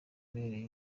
ubereye